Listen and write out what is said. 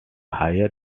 higher